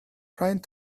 trying